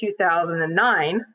2009